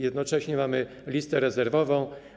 Jednocześnie mamy listę rezerwową.